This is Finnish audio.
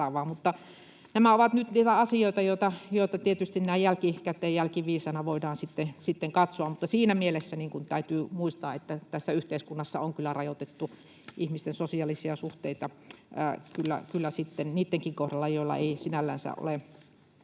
näin jälkikäteen, jälkiviisaana, voidaan sitten katsoa, mutta siinä mielessä täytyy muistaa, että tässä yhteiskunnassa on kyllä rajoitettu ihmisten sosiaalisia suhteita niittenkin kohdalla, joilla ei sinällänsä ole